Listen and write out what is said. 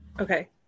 Okay